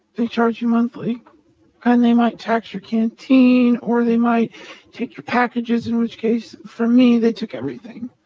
they charge you monthly and they might tax your canteen, or they might take your packages. in which case for me, they took everything.